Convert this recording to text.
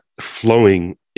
flowing